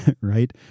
right